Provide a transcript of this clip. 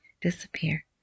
disappear